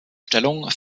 stellung